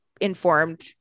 informed